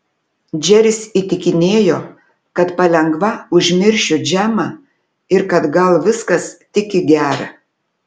džeris įtikinėjo kad palengva užmiršiu džemą ir kad gal viskas tik į gera